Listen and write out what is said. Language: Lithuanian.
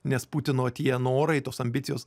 nes putino tie norai tos ambicijos